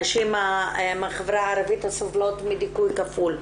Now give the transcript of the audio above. הנשים מהחברה הערבית הסובלות מדיכוי כפול,